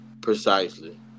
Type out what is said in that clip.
precisely